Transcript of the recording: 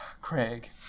Craig